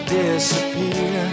disappear